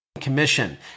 commission